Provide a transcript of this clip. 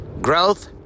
Growth